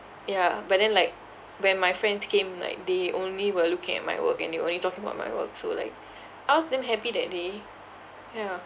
yeah but then like when my friends came like they only were looking at my work and they were only talking about my work so like I was damn happy that day yeah